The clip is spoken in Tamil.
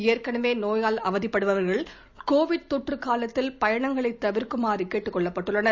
ஏற்கனவே நோயால் அவதிப்படுபவர்கள் கோவிட் தொற்று காலத்தில் பயணங்களைத் தவிர்க்குமாறு கேட்டுக் கொள்ளப்பட்டுள்ளனர்